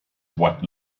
what